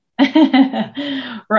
Right